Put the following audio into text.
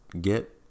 get